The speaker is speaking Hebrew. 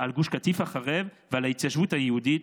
על גוש קטיף החרב ועל ההתיישבות היהודית,